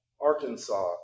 Arkansas